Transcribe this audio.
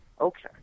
Okay